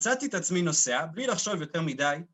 מצאתי את עצמי נוסע, בלי לחשוב יותר מדי